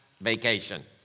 vacation